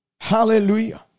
Hallelujah